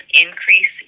increase